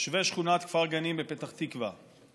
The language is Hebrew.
תושבי שכונת כפר גנים בפתח תקווה,